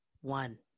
one